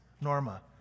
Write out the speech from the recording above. Norma